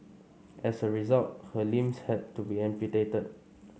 as a result her limbs had to be amputated